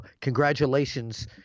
congratulations